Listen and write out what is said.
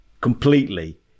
completely